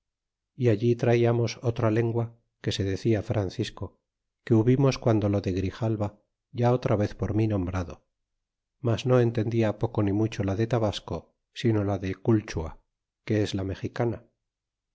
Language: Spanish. y allí traíamos otra lengua que se decia francisco que hubimos guando lo de grijalva ya otra vez por mí nombrado mas no entendia poco ni mucho la de tabasco sino la de cukhua que es la mexicana